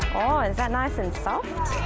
oh, is that nice and soft?